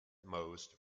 most